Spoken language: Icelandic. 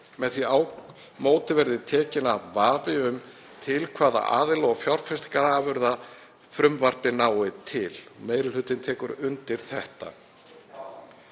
Með því móti verði tekinn af vafi um það til hvaða aðila og fjárfestingarafurða frumvarpið nái til. Meiri hlutinn tekur undir þetta.